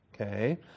okay